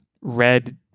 red